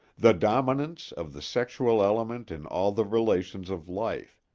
the dominance of the sexual element in all the relations of life,